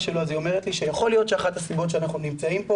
שלו היא אומרת לי שיכול להיות שאחת הסיבות שאנחנו נמצאים פה